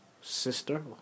sister